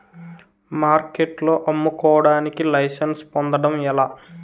మార్కెట్లో అమ్ముకోడానికి లైసెన్స్ పొందడం ఎలా?